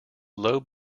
low